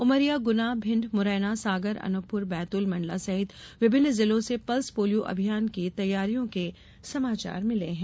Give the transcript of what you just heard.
उमरिया गुना भिण्ड मुरैना सागर अनूपपुर बैतूल मंडला सहित विभिन्न जिलों से पल्स पोलियो अभियान की तैयारियों के समाचार मिले हैं